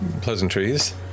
pleasantries